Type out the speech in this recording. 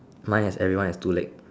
mine is everyone is two leg